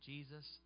Jesus